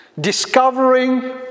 discovering